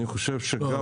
לא.